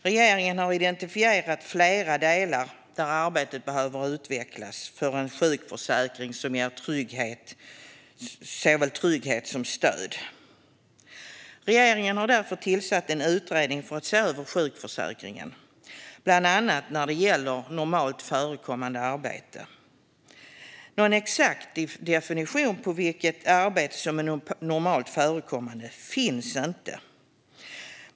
Regeringen har identifierat flera delar där arbetet behöver utvecklas för en sjukförsäkring som ger såväl trygghet som stöd. Regeringen har därför tillsatt en utredning för att se över sjukförsäkringen, bland annat när det gäller normalt förekommande arbete. Någon exakt definition av vilka arbeten som är normalt förekommande finns inte.